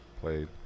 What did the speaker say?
played